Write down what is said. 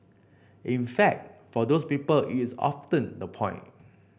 in fact for those people it is often the point